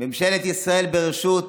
ממשלת ישראל בראשות